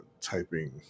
typing